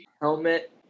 helmet